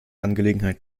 angelegenheit